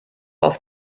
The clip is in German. auf